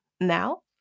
Now